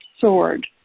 sword